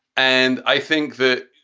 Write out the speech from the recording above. and i think that,